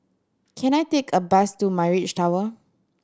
can I take a bus to Mirage Tower